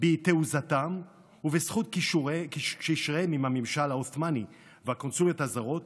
בתעוזתם ובזכות קשריהם עם הממשל העות'מאני והקונסוליות הזרות,